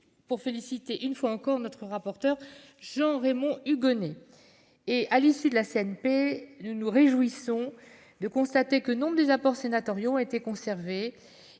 pour féliciter une fois encore notre rapporteur, Jean-Raymond Hugonet. À l'issue de la commission mixte paritaire, nous nous réjouissons de constater que nombre des apports sénatoriaux ont été conservés,